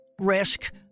risk